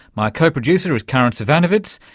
my co-producer is karin zsivanovits,